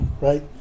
right